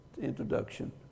introduction